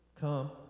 come